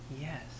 Yes